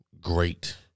great